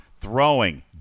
throwing